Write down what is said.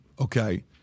okay